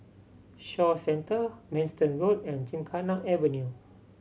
Shaw Centre Manston Road and Gymkhana Avenue